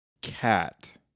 cat